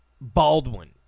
Baldwin